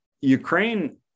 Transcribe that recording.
Ukraine